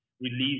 release